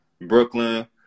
Brooklyn